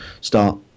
start